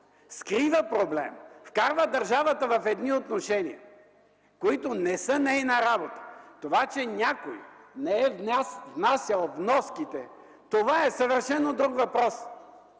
скрива проблема, вкарва държавата в отношения, които не са нейна работа – това, че някой не е внасял вноските, е съвършено друг въпрос.